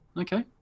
Okay